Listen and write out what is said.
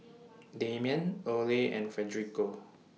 Damian Oley and Federico